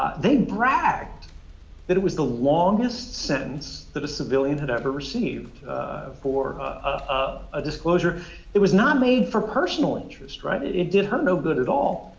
they bragged that it was the longest sentence that a civilian had ever received for a ah disclosure it was not made for personal interest, right? it it did her no good at all.